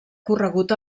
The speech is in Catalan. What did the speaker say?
corregut